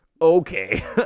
Okay